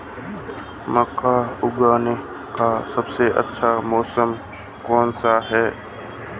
मक्का उगाने का सबसे अच्छा मौसम कौनसा है?